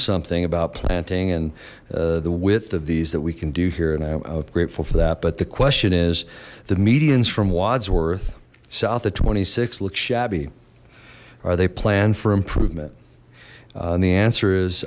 something about planting and the width of these that we can do here and i'm grateful for that but the question is the medians from wodsworth south of twenty six look shabby are they planned for improvement and the answer is